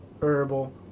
herbal